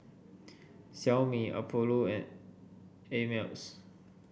Xiaomi Apollo and Ameltz